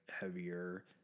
heavier